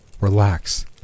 Relax